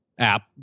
App